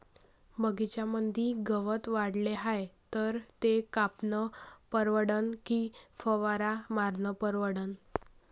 बगीच्यामंदी गवत वाढले हाये तर ते कापनं परवडन की फवारा मारनं परवडन?